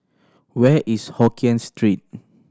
where is Hokien Street